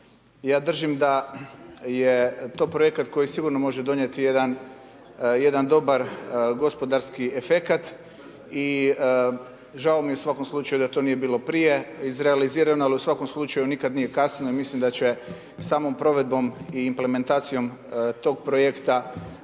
Ja držim da je to projekat koji sigurno može donijeti jedan dobar gospodarski efekat i žao mi je u svakom slučaju da to nije bilo prije izrealizirano, ali u svakom slučaju nikada nije kasno i mislim da će samom provedbom i implementacijom toga projekta